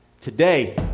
Today